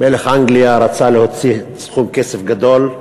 מלך אנגליה רצה להוציא סכום כסף גדול.